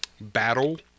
battle